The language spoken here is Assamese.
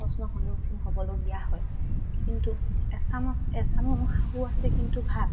প্ৰশ্ন সন্মুখীন হ'বলগীয়া হয় কিন্তু এচাম এচাম শাহু আছে কিন্তু ভাল